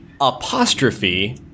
apostrophe